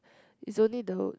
is only the